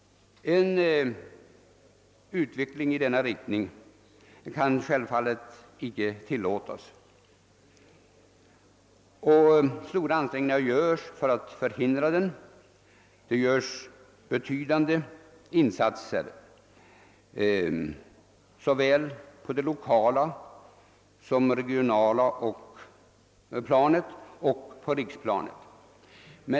En utveckling i denna riktning kan helt enkelt icke tillåtas, och stora ansträngningar görs för att förhindra den. Det görs betydande insatser såväl på de lokala och regionala planen som på riksplanet.